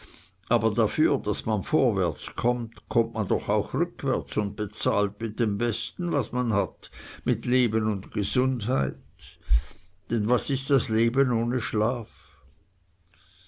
aber dafür daß man vorwärtskommt kommt man doch auch rückwärts und bezahlt mit dem besten was man hat mit leben und gesundheit denn was ist leben ohne schlaf